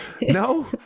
No